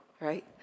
right